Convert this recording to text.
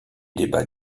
débats